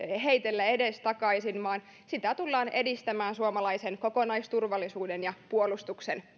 heitellä edestakaisin vaan sitä tullaan edistämään suomalaisen kokonaisturvallisuuden ja puolustuksen